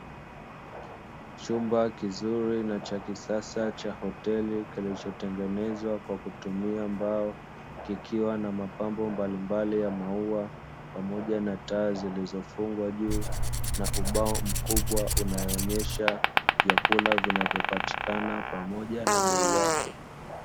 Chumba kizuri na cha kisasa cha hoteli kilichotengenezwa kwa kutumia mbao, kikiwa na mapapmbo mbalimbali ya maua pamoja na taa zilizofungwa juu, na ubao mkubwa unaoonyesha vyakula vinavyopatikana pamoja na bei yake.